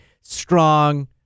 strong